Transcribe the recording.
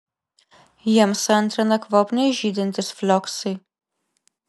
jiems antrina kvapniai žydintys flioksai